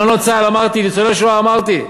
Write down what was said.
אלמנות צה"ל אמרתי, ניצולי שואה אמרתי.